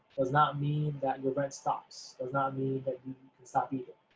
does not mean that your rent stops, does not mean that you can stop eating,